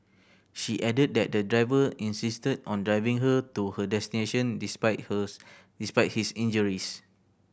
she added that the driver insisted on driving her to her destination despite despite his injuries